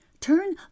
Turn